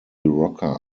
rocker